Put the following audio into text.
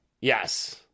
Yes